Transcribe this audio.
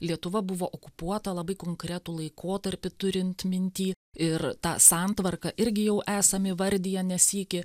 lietuva buvo okupuota labai konkretų laikotarpį turint minty ir tą santvarką irgi jau esame įvardiję ne sykį